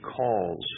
calls